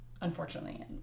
unfortunately